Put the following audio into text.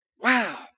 Wow